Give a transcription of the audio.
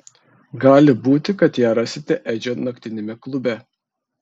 gali būti kad ją rasite edžio naktiniame klube